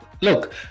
Look